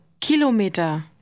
Kilometer